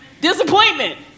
Disappointment